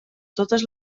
totes